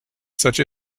such